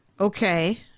Okay